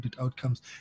outcomes